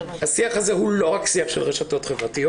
השיח הזה הוא לא רק שיח של רשתות חברתיות.